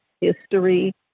history